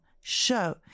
show